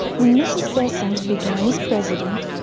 when mrs. besant began as president,